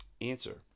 Answer